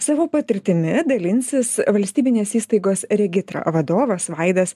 savo patirtimi dalinsis valstybinės įstaigos regitra vadovas vaidas